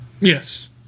yes